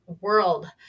world